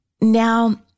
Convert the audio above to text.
Now